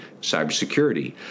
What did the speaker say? cybersecurity